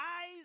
eyes